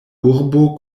urbo